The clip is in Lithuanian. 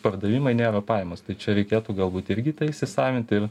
pardavimai nėra pajamos tai čia reikėtų galbūt irgi tai įsisavint ir